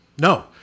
No